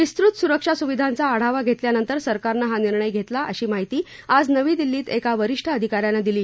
विस्तृत सुरक्षा सुविधांचा आढावा घेतल्यानंतर सरकारनं हा निर्णय घेतला अशी माहिती आज नवी दिल्लीत एका वरिष्ठ अधिका यानं दिली